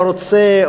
לא רוצה,